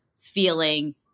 feeling